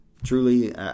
Truly